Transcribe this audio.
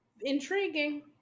Intriguing